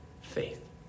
faith